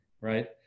right